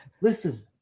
Listen